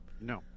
no